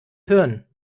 hören